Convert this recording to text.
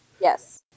Yes